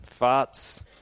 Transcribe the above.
farts